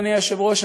אדוני היושב-ראש,